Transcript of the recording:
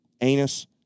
anus